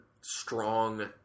strong